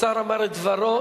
השר אמר את דברו,